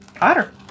otter